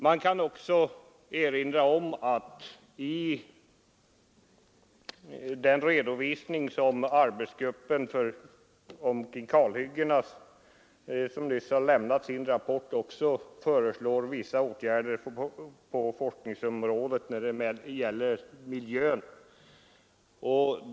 Jag vill också erinra om att arbetsgruppen beträffande kalhyggen, som nyss har lämnat sin rapport, föreslår vissa åtgärder på miljöforskningsområdet.